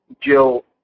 Jill